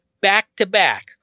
back-to-back